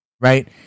right